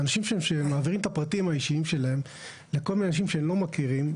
האנשים שמעבירים את הפרטים האישיים שלהם לכל מיני אנשים שהם לא מכירים,